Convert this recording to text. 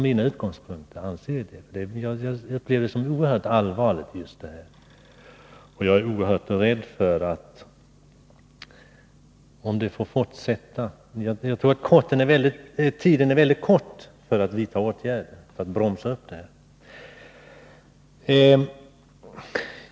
Jag upplever situationen som oerhört allvarlig, och jag tror att tidsmarginalen är liten för att kunna bromsa upp den här utvecklingen.